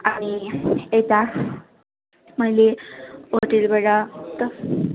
अनि यता मैले होटेलबाट